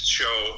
show